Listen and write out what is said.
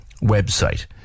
website